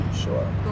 Sure